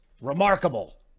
remarkable